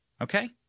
Okay